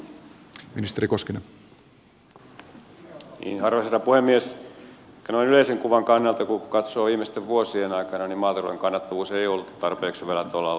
ehkä noin yleisen kuvan kannalta kun katsoo viimeisten vuosien aikana maatalouden kannattavuus ei ole ollut tarpeeksi hyvällä tolalla